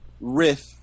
riff